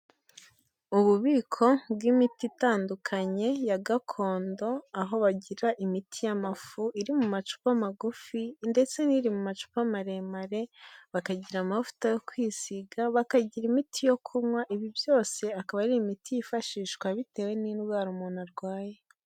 Ububiko bw'imiti itandukanye ya gakondo, aho bagira imiti y'amafu iri mu macupa magufi ndetse n'iri mu macupa maremare, bakagira amavuta yo kwisiga, bakagira imiti yo kunywa, ibi byose akaba ari imiti yifashishwa bitewe n'indwara umuntu arwaye.